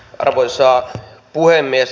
arvoisa puhemies